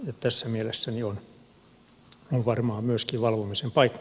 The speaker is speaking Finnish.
tässä mielessä on varmaan myöskin valvomisen paikka